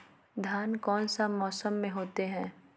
धान कौन सा मौसम में होते है?